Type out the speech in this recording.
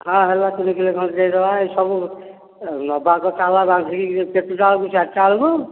ହଁ ହେଲା ତିନି କିଲୋ ଖଣ୍ଡେ ଦେଇଦେବା ଏ ସବୁ ନେବା କଥା ହେଲା ବାନ୍ଧିକି କେତେଟା ବେଳକୁ ଚାରିଟା ବେଳକୁ